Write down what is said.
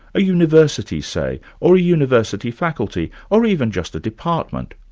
a university say, or a university faculty, or even just a department?